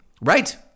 Right